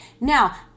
Now